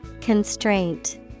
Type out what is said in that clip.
Constraint